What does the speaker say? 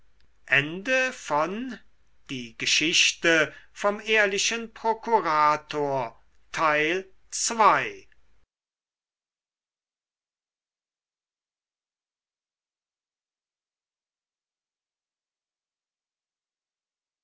die geschichte vom ehrlichen prokurator